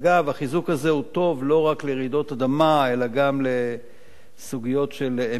החיזוק הזה הוא טוב לא רק לרעידות אדמה אלא גם לסוגיות של מלחמה,